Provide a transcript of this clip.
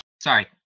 sorry